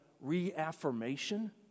reaffirmation